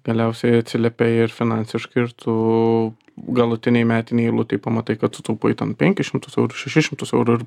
galiausiai atsiliepia ir finansiškai ir tu galutinėj metinėj eilutėj pamatai kad tu taupai ten penkis šimtus šešis šimtus eurų ir